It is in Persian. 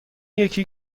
یکی